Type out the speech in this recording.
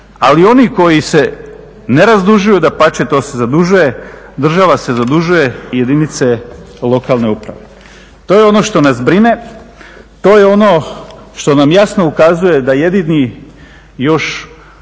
i oni koji se ne razdužuju, dapače to se zadužuje, država se zadužuje i jedinice lokalne uprave. To je ono što nas brine, to je ono što nam jasno ukazuje da jedini još